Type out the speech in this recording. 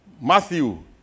Matthew